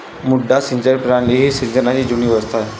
मुड्डा सिंचन प्रणाली ही सिंचनाची जुनी व्यवस्था आहे